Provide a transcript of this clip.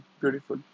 beautiful